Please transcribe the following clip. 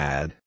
Add